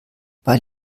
weil